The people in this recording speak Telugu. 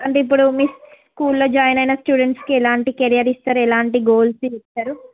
అంటే ఇప్పుడు మీ స్కూల్లో జాయిన్ అయిన స్టూడెంట్స్కి ఎలాంటి కెరియర్ ఎలాంటి గోల్స్ ఇస్తారు